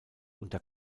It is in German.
unter